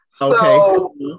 Okay